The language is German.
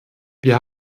wir